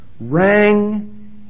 rang